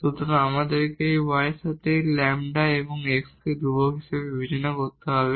সুতরাং আমাদেরকে এখন y এর সাথে λ এবং x কে ধ্রুবক হিসাবে বিবেচনা করতে হবে